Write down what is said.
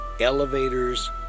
Elevators